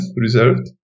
reserved